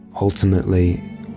Ultimately